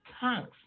thanks